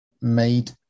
made